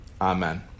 Amen